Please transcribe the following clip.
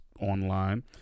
online